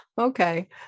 Okay